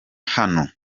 hano